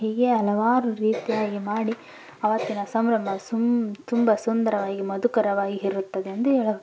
ಹೀಗೆ ಹಲವಾರು ರೀತಿಯಾಗಿ ಮಾಡಿ ಅವತ್ತಿನ ಸಂಭ್ರಮ ತುಂಬ ಸುಂದರವಾಗಿ ಮಧುಕರವಾಗಿ ಹಿರುತ್ತದೆ ಎಂದು ಹೇಳಿ